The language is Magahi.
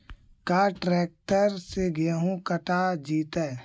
का ट्रैक्टर से गेहूं कटा जितै?